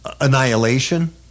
annihilation